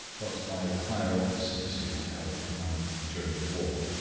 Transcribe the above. but by the higher officers who had held command during the war.